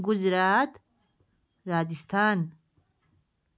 Gujarat Rajasthan